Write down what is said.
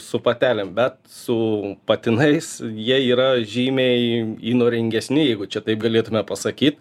su patelėm bet su patinais jie yra žymiai įnoringesni jeigu čia taip galėtume pasakyt